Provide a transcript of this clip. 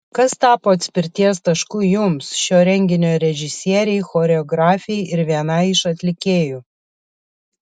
kas tapo atspirties tašku jums šio renginio režisierei choreografei ir vienai iš atlikėjų